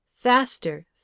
Faster